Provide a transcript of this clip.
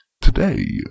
Today